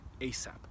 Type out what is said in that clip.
ASAP